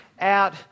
Out